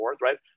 right